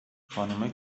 خانومه